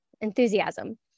enthusiasm